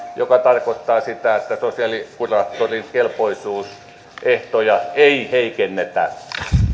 mikä tarkoittaa sitä että sosiaalikuraattorin kelpoisuusehtoja ei heikennetä